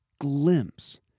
glimpse